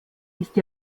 ist